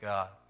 God